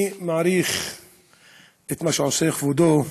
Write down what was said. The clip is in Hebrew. מכובדי השר, אני מעריך את מה שעושה כבודו,